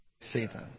Satan